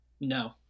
No